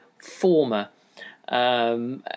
former